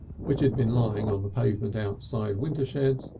which had been lying on the pavement outside wintershed's,